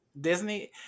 Disney